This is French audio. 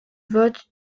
vote